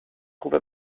trouve